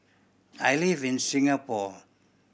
I live in Singapore